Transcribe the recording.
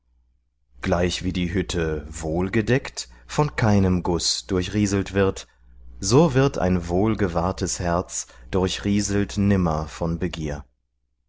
gleichwie die hütte wohl gedeckt von keinem guß durchrieselt wird so wird ein wohl gewahrtes herz durchrieselt nimmer von begier